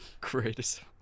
Greatest